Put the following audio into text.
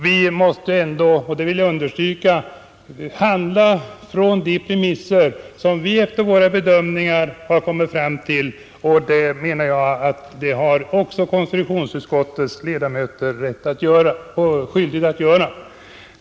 Vi måste ändå — det vill jag understryka — handla från de premisser som vi efter våra bedömningar har kommit fram till, och det menar jag att också konstitutionsutskottets ledamöter har rätt och skyldighet att göra.